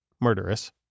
murderous